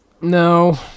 No